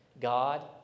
God